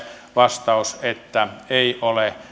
vastaus että ei ole